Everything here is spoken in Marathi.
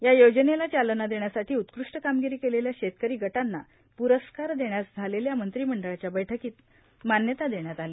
या योजनेला चालना देण्यासाठी उत्कृष्ट कामगिरी केलेल्या शेतकरी गटांना पुरस्कार देण्यास झालेल्या मंत्रिमंडळाच्या बैठकीत मान्यता देण्यात आली